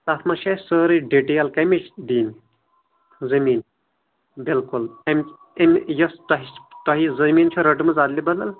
تتھ منز چھِ اَسہِ سٲرٕے ڈٹیل کَمِچ دِنۍ زٔمیٖن بالکُل یۄس تۄہہِ تۄہہِ زٔمیٖن چھِ رٔٹمژٕ ادل بدل